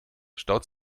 staut